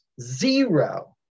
zero